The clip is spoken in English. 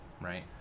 Right